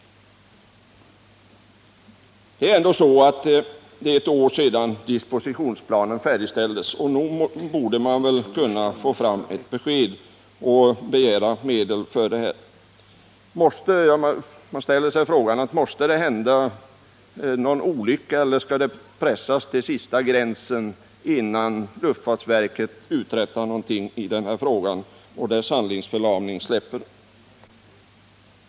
Det är nu ett år sedan dispositionsplanen färdigställdes, och nog borde man kunna få fram ett besked och begära medel. Måste det hända någon olycka eller skall man pressas till den yttersta gränsen, innan luftfartsverkets handlingsförlamning släpper och det uträttar någonting i den här frågan?